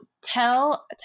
tell